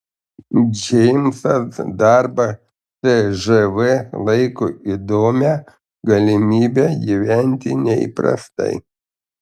džeimsas darbą cžv laiko įdomia galimybe gyventi neįprastai